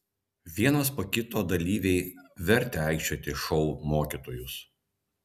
vienas po kito dalyviai vertė aikčioti šou mokytojus